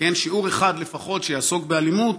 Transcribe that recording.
שיעור אחד לפחות שיעסוק באלימות,